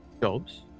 jobs